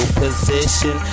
position